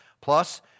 Plus